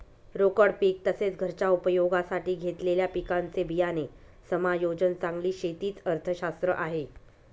रोकड पीक तसेच, घरच्या उपयोगासाठी घेतलेल्या पिकांचे बियाणे समायोजन चांगली शेती च अर्थशास्त्र आहे